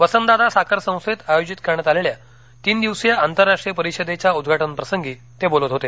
वसंतदादा साखर संस्थेत आयोजित करण्यात आलेल्या तीन दिवसीय आंतरराष्ट्रीय परिषदेच्या उद्घाटन प्रसंगी ते बोलत होते